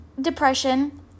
depression